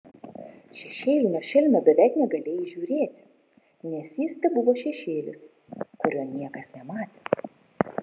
šešėlinio šelmio beveik negalėjai įžiūrėti nes jis tebuvo šešėlis kurio niekas nematė